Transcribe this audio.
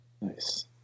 Nice